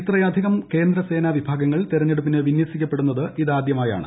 ഇത്രയധികം ക്യേന്ദ്രൻസനാവിഭാഗങ്ങൾ തിരഞ്ഞെടുപ്പിന് വിന്യസിക്കപ്പെടുന്നത് ആദ്യമായാണ്